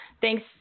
thanks